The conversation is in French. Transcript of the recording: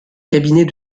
cabinet